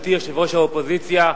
גברתי יושבת-ראש האופוזיציה,